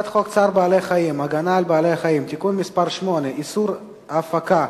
צער בעלי-חיים (הגנה על בעלי-חיים) (תיקון מס' 8) (איסור הפקה,